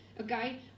okay